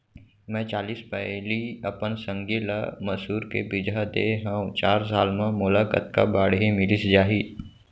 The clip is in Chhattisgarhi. मैं चालीस पैली अपन संगी ल मसूर के बीजहा दे हव चार साल म मोला कतका बाड़ही मिलिस जाही?